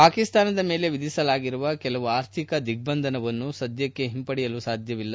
ಪಾಕಿಸ್ತಾನದ ಮೇಲೆ ವಿಧಿಸಲಾಗಿರುವ ಕೆಲವು ಆರ್ಥಿಕ ದಿಗ್ಲಂಧನವನ್ನು ಸದ್ದಕೆ ಹಿಂಪಡೆಯಲು ಸಾಧ್ವವಿಲ್ಲ